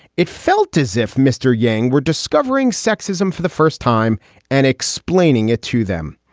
it felt as if mr. yang were discovering sexism for the first time and explaining it to them.